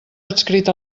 adscrit